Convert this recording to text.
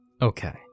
Okay